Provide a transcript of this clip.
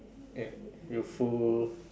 ya youthful